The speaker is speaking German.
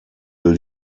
will